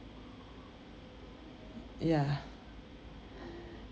ya